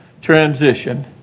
transition